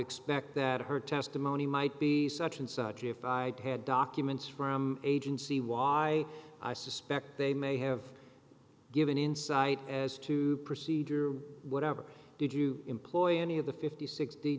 expect that her testimony might be such and such if i had documents from agency why i suspect they may have given insight as to the procedure whatever did you employ any of the fifty sixty